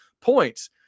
points